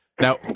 now